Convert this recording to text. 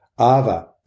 Ava